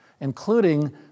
including